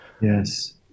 yes